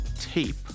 tape